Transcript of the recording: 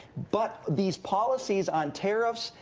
but these policies on tariffs,